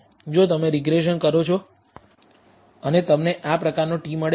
જો તમે રીગ્રેસન કરો છો અને તમને આ પ્રકારનો t મળે છે